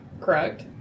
Correct